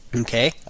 Okay